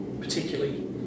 particularly